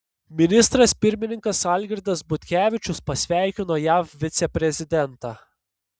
ministras pirmininkas algirdas butkevičius pasveikino jav viceprezidentą